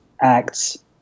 acts